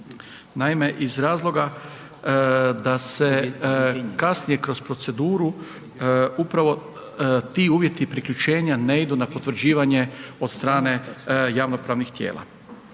Naime, iz razloga da se kasnije kroz proceduru upravo ti uvjeti priključenja ne idu na potvrđivanje od strane javnopravnih tijela.